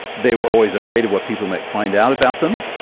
they were always afraid of what people might find out about them.